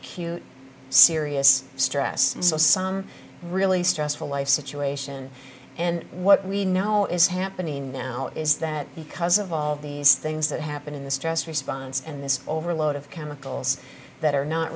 acute serious stress so some really stressful life situation and what we know is happening now is that because of all of these things that happen in the stress response and this overload of chemicals that are not